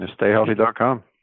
stayhealthy.com